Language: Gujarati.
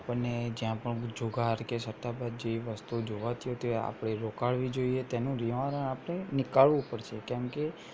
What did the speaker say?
આપણને જ્યાં પણ જુગાર કે સટ્ટાબાજી વસ્તુ જોવાતી હોય તે આપણે રોકાવી જોઇએ તેનું નિવારણ આપણે નીકાળવું પડશે કેમકે